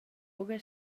buca